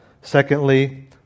Secondly